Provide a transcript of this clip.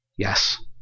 Yes